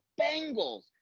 Bengals